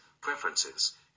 preferences